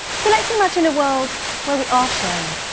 so let's imagine a world where we are sharing,